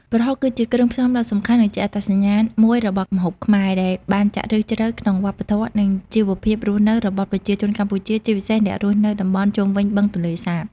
ប្រហុក គឺជាគ្រឿងផ្សំដ៏សំខាន់ និងជាអត្តសញ្ញាណមួយរបស់ម្ហូបខ្មែរ ដែលបានចាក់ឫសជ្រៅក្នុងវប្បធម៌ និងជីវភាពរស់នៅរបស់ប្រជាជនកម្ពុជា ជាពិសេសអ្នករស់នៅតំបន់ជុំវិញបឹងទន្លេសាប។